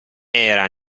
era